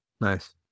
Nice